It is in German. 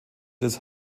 des